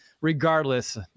regardless